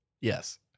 Yes